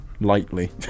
lightly